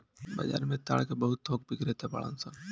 बाजार में ताड़ के बहुत थोक बिक्रेता बाड़न सन